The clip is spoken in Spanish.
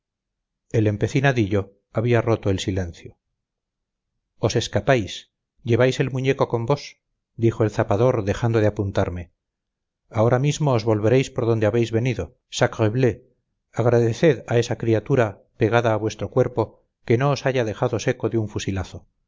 el empecinadillo había roto el silencio os escapáis lleváis el muñeco con vos dijo el zapador dejando de apuntarme ahora mismo os volveréis por donde habéis venido sacrebleu agradeced a esa criatura pegada a vuestro cuerpo que no os haya dejado seco de un fusilazo